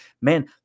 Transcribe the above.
Man